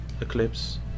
Eclipse